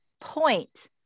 point